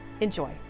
Enjoy